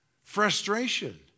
frustration